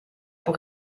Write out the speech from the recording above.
pour